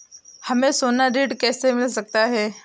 हमें सोना ऋण कैसे मिल सकता है?